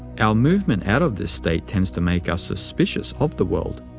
our movement out of this state tends to make us suspicious of the world.